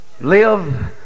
live